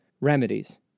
remedies